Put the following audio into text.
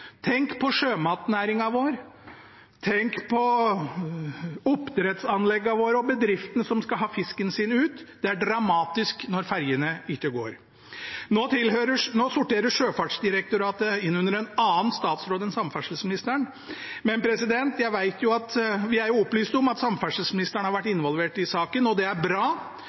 Tenk på sjømatnæringen vår. Tenk på oppdrettsanleggene våre og bedriftene som skal ha fisken sin ut. Det er dramatisk når ferjene ikke går. Sjøfartsdirektoratet sorterer inn under en annen statsråd enn samferdselsministeren, men vi er opplyst om at samferdselsministeren har vært involvert i saken, og det er bra.